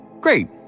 great